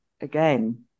again